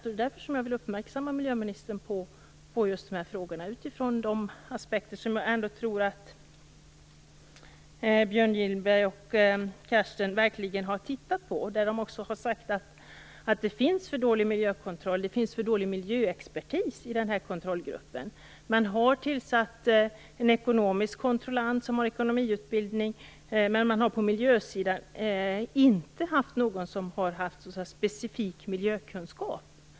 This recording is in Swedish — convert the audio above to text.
Jag vill därför uppmärksamma miljöministern på de här frågorna, utifrån de aspekter som jag ändå tror att Björn Gillberg och Carstens verkligen har tittat på. De har sagt att det finns för dålig miljökontroll och att det finns för dålig miljöexpertis i kontrollgruppen. Man har tillsatt en ekonomisk kontrollant som har ekonomiutbildning, men man har inte på miljösidan haft någon som har specifik miljökunskap.